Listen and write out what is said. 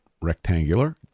rectangular